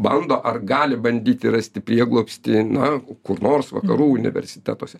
bando ar gali bandyti rasti prieglobstį na kur nors vakarų universitetuose